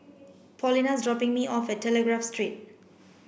Paulina is dropping me off at Telegraph Street